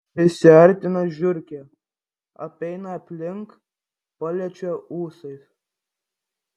prisiartina žiurkė apeina aplink paliečia ūsais